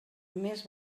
més